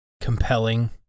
compelling